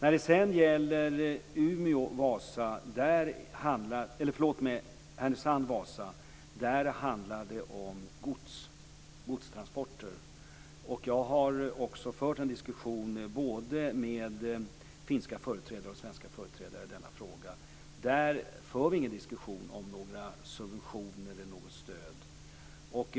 I fråga om Härnösand-Vasa handlar det om godstransporter. Jag har också fört en diskussion både med finska och svenska företrädare i denna fråga. Där för vi ingen diskussion om några subventioner eller något stöd.